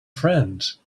friends